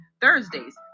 Thursdays